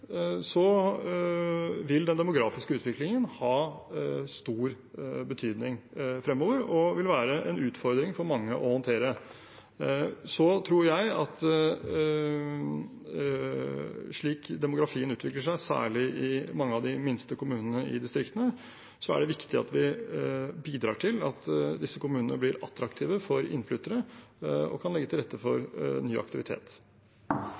vil den demografiske utviklingen ha stor betydning fremover og vil være en utfordring for mange å håndtere. Jeg tror at slik demografien utvikler seg, særlig i mange av de minste kommunene i distriktene, er det viktig at vi bidrar til at disse kommunene blir attraktive for innflyttere og kan legge til rette for ny aktivitet.